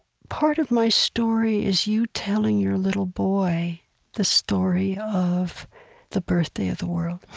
part of my story is you telling your little boy the story of the birthday of the world.